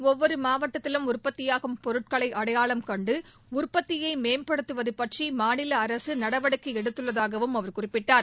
ஒவ்வொரு மாவட்டத்திலும் உற்பத்தியாகும் பொருட்களை அடையாளம் கண்டு உற்பத்தியை மேம்படுத்துவது பற்றி மாநில அரசு நடவடிக்கை எடுத்துள்ளதாகவும் அவர் குறிப்பிட்டார்